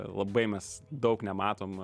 labai mes daug nematom